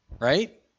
Right